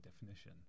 definition